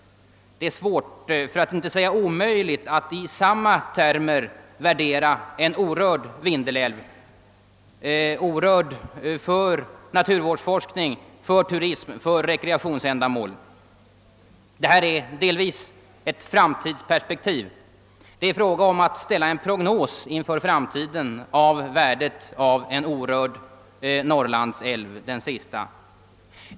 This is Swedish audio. Det är svårt för att inte säga omöjligt att i samma termer värdera en orörd Vindelälv, orörd för naturvårdsforskning, för turism och för rekreationsändamål. Det gäller här delvis ett framtidsperspektiv. Det är fråga om att ställa en prognos för framtiden om värdet av en orörd norrlandsälv — den sista.